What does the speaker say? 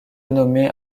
nommée